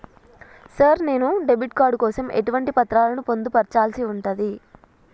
Sir నేను debit card కోసం ఎటువంటి పత్రాలను పొందుపర్చాల్సి ఉంటది?